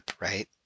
right